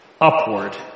upward